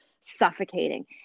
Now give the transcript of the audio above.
suffocating